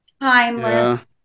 Timeless